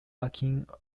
lacking